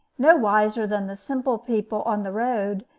no wiser than the simple people on the road,